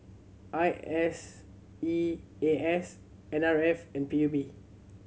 I S E A S N R F and P U B